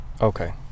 Okay